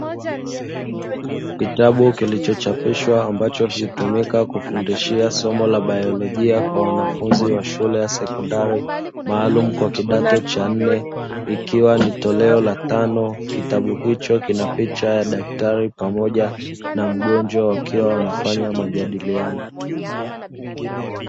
Kitabu kilichochapishwa ambacho hutumika kufundishia somo la baiolojia kwa wanafunzi wa shule ya sekondari, maalumu kwa kidato cha nne; ikiwa ni toleo la tano. Kitabu hicho kina picha ya daktari pamoja na mgonjwa wakiwa wanafanya majadiliano.